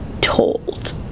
told